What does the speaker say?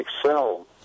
excel